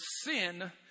sin